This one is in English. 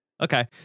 Okay